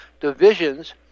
divisions